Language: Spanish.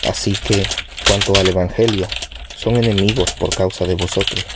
así que cuanto al evangelio son enemigos por causa de vosotros